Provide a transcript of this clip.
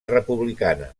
republicana